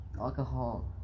alcohol